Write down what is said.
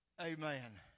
Amen